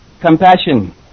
compassion